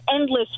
endless